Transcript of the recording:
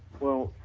well,